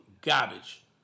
garbage